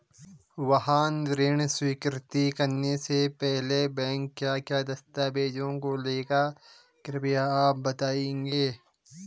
वाहन ऋण स्वीकृति करने से पहले बैंक क्या क्या दस्तावेज़ों को लेगा कृपया आप बताएँगे?